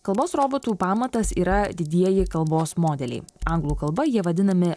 kalbos robotų pamatas yra didieji kalbos modeliai anglų kalba jie vadinami